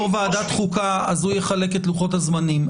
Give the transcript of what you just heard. ועדת חוקה אז הוא יחלק את לוחות הזמנים.